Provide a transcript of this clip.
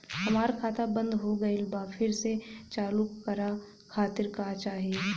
हमार खाता बंद हो गइल बा फिर से चालू करा खातिर का चाही?